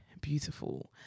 beautiful